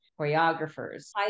choreographers